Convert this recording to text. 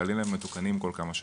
והכללים האלה מתוקנים כל כמה שנים.